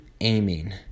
aiming